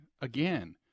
again